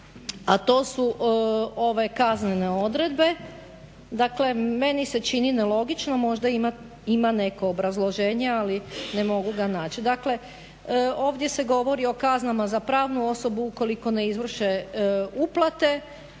a to su ove kaznene odredbe, dakle meni se čini nelogično, možda ima neko obrazloženje ali ne mogu ga naći. Dakle ovdje se govori o kaznama za pravnu osobu ukoliko ne izvrše uplate